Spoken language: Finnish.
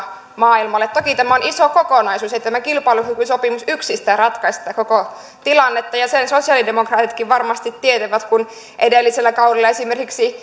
maailmalle toki tämä on iso kokonaisuus ei tämä kilpailukykysopimus yksistään ratkaise tätä koko tilannetta ja sen sosialidemokraatitkin varmasti tietävät kun edellisellä kaudella esimerkiksi